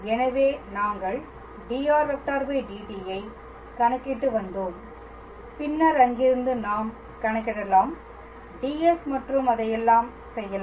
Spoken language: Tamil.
எனவே நாங்கள் dr dt ஐ கணக்கிட்டு வந்தோம் பின்னர் அங்கிருந்து நாம் கணக்கிடலாம் dr ds மற்றும் அதையெல்லாம் செய்யலாம்